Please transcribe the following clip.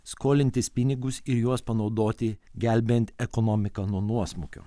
skolintis pinigus ir juos panaudoti gelbėjant ekonomiką nuo nuosmukio